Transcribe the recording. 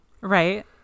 Right